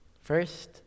First